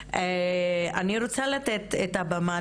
אני רוצה לתת את הבמה